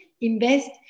invest